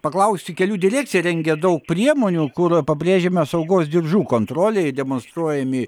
paklausti kelių direkcija rengia daug priemonių kur pabrėžiama saugos diržų kontrolė ir demonstruojami